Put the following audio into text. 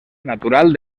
natural